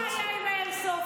תגיד לו מה היה עם האיירסופט.